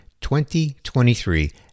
2023